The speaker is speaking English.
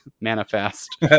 manifest